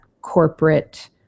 corporate